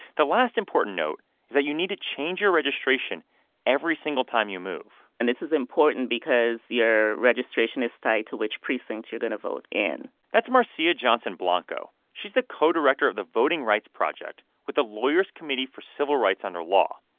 the last important note is that you need to change your registration every single time you move and this is important because your registration is tied to which precincts you're going to vote in that's marcia johnson-blanco. she's the co-director of the voting rights project with the lawyers' committee for civil rights under law.